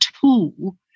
tool